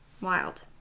Wild